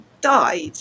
died